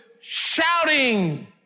shouting